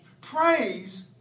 Praise